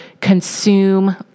consume